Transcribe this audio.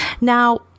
Now